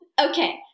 Okay